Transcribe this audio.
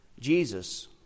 Jesus